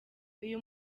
uyu